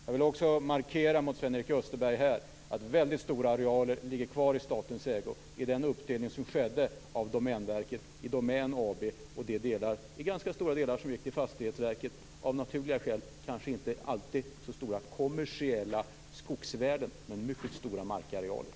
Jag vill också markera för Sven-Erik Österberg att väldigt stora arealer ligger kvar i statens ägo efter den uppdelning som skedde av Domänverket till Domän AB och till Fastighetsverket, som fick ganska stora delar. Av naturliga skäl hade dessa kanske inte alltid så stora kommersiella skogsvärden. Det var dock fråga om mycket stora markarealer.